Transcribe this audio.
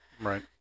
Right